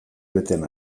betean